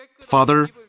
Father